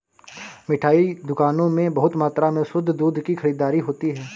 मिठाई दुकानों में बहुत मात्रा में शुद्ध दूध की खरीददारी होती है